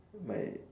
my